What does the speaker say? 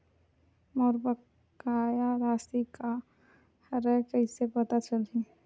मोर बकाया राशि का हरय कइसे पता चलहि?